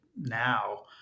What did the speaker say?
now